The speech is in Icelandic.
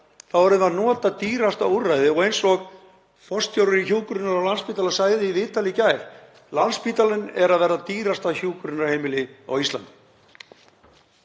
þá erum við að nota dýrasta úrræðið. Eins og forstjóri hjúkrunar á Landspítala sagði í viðtali í gær: Landspítalinn er að verða dýrasta hjúkrunarheimili á Íslandi.